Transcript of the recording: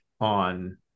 on